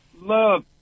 love